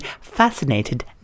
fascinated